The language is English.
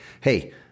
hey